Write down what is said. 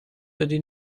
بدی